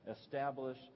establish